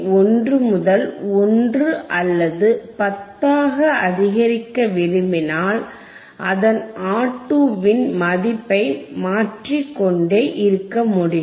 1 முதல் 1 அல்லது 10 ஆக அதிகரிக்க விரும்பினால் அதன் R2ன் மதிப்பை மாற்றிக் கொண்டே இருக்க முடியும்